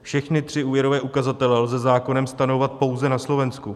Všechny tři úvěrové ukazatele lze zákonem stanovovat pouze na Slovensku.